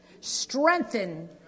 strengthen